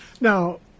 Now